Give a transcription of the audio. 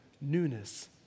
newness